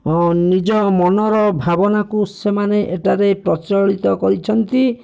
ନିଜ ମନର ଭାବନାକୁ ସେମାନେ ଏଠାରେ ପ୍ରଚଳିତ କରିଛନ୍ତି